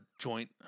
joint